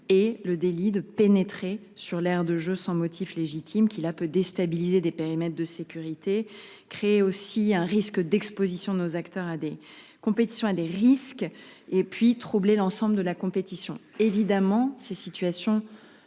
et le délit de pénétrer sur l'aire de jeu sans motif légitime qui a peu déstabiliser des périmètres de sécurité créé aussi un risque d'exposition nos acteurs à des compétitions et des risques et puis troubler l'ensemble de la compétition. Évidemment, ces situations